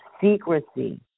secrecy